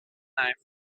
knife